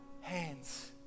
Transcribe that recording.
hands